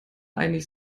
einig